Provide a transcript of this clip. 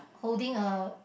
holding a